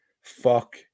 fuck